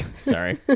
sorry